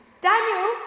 Daniel